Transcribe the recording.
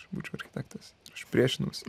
aš būčiau architektas aš priešinausi